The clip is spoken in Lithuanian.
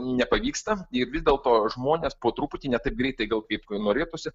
nepavyksta ir vis dėlto žmonės po truputį ne taip greitai gal kaip norėtųsi